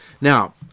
Now